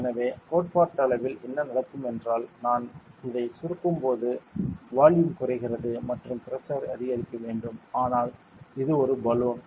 எனவே கோட்பாட்டளவில் என்ன நடக்க வேண்டும் என்றால் நான் இதை சுருக்கும்போது வால்யூம் குறைகிறது மற்றும் பிரஷர் அதிகரிக்க வேண்டும் ஆனால் இது ஒரு பலூன்